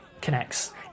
connects